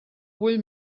vull